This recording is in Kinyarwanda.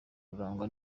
kurangwa